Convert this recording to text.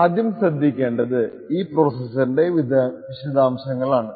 ആദ്യം ശ്രദ്ധിക്കേണ്ടത് ഈ പ്രോസെസ്സറിന്റെ വിശദാംശങ്ങളാണ്